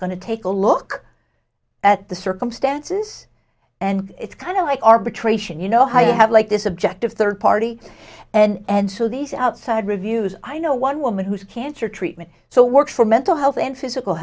going to take a look at the circumstances and it's kind of like arbitration you know how you have like this objective third party and so these outside reviews i know one woman who's cancer treatment so works for mental health and physical